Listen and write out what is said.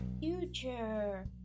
Future